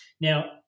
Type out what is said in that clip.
now